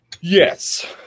Yes